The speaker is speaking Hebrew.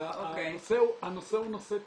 הנושא הוא נושא תרבותי,